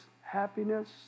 happiness